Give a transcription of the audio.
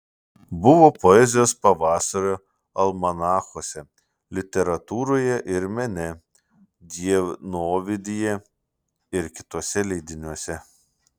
buvo poezijos pavasario almanachuose literatūroje ir mene dienovidyje ir kituose leidiniuose